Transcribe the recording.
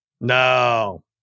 No